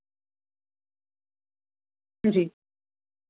जी